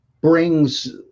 brings